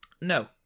No